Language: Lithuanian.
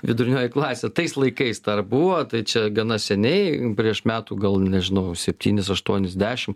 vidurinioji klasė tais laikais dar buvo tai čia gana seniai prieš metų gal nežinau septynis aštuonis dešimt